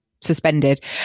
suspended